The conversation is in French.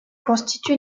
constitue